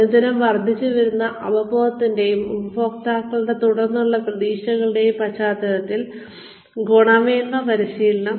അനുദിനം വർദ്ധിച്ചുവരുന്ന അവബോധത്തിന്റെയും ഉപഭോക്താക്കളുടെ തുടർന്നുള്ള പ്രതീക്ഷകളുടെയും പശ്ചാത്തലത്തിൽ ഗുണമേന്മ പരിപാലനം